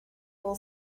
full